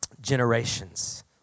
generations